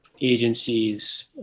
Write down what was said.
agencies